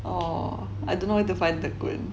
oh I don't know where to find the 滚